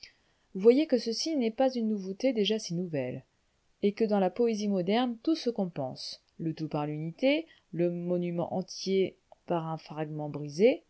voyez que ceci n'est pas une nouveauté déjà si nouvelle et que dans la poésie moderne tout se compense le tout par l'unité le monument entier par un fragment brisé